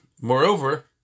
moreover